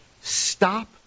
Stop